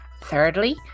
Thirdly